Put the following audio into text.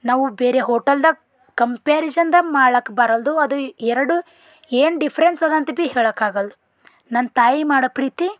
ನಾವು ಬೇರೆ ಹೋಟೆಲ್ದಾಗ ಕಂಪ್ಯಾರಿಝನ್ದಾಗ ಮಾಡ್ಲಕ್ಕ ಬರಲ್ದು ಅದು ಎರಡು ಏನು ಡಿಫ್ರೆನ್ಸ್ ಅದ ಅಂತ ಭಿ ಹೇಳೋಕ್ಕಾಗಲ್ದು ನನ್ನ ತಾಯಿ ಮಾಡೋ ಪ್ರೀತಿ